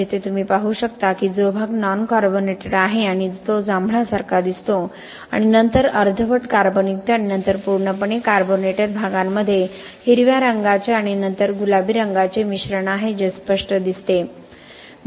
येथे तुम्ही पाहू शकता की जो भाग नॉन कार्बोनेटेड आहे आणि तो जांभळारखा दिसतो आणि नंतर अर्धवट कार्बनयुक्त आणि नंतर पूर्णपणे कार्बोनेटेड भागांमध्ये हिरव्या रंगाचे आणि नंतर गुलाबी रंगाचे मिश्रण आहे जे स्पष्ट दिसते